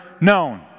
known